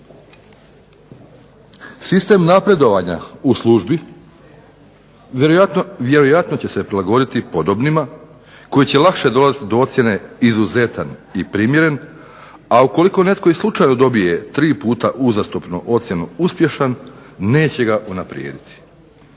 Sistem napredovanja u službi vjerojatno će se prilagoditi podobnima koji će lakše dolaziti do ocjene "izuzetan" i "primjeren", a ukoliko netko i slučajno dobije tri puta uzastopno ocjenu "uspješan" neće ga unaprijediti.